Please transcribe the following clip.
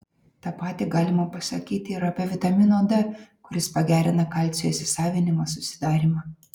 tą patį galima pasakyti ir apie vitamino d kuris pagerina kalcio įsisavinimą susidarymą